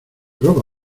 roba